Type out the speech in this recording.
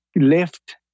left